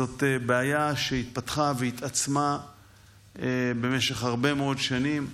זאת בעיה שהתפתחה והתעצמה במשך הרבה מאוד שנים,